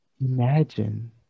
imagine